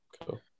cool